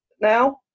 now